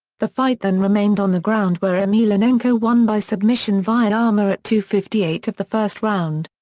the fight then remained on the ground where emelianenko won by submission via armbar at two fifty eight of the first round.